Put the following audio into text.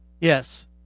Yes